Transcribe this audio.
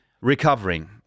recovering